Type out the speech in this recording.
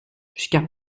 jusqu’à